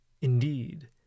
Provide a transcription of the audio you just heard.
Indeed